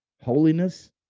holiness